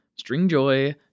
Stringjoy